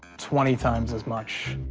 twenty times as much.